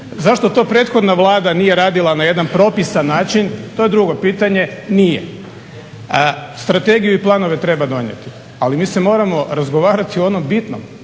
Zašto to prethodna Vlada nije radila na jedan propisan način to je drugo pitanje. Nije. Strategiju i planove treba donijeti, ali mi se moramo razgovarati o onom bitnom,